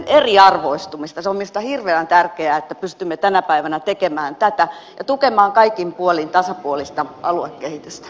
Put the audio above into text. se on minusta hirveän tärkeää että pystymme tänä päivänä tekemään tätä ja tukemaan kaikin puolin tasapuolista aluekehitystä